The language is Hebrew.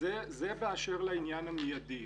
זה באשר לעניין המיידי.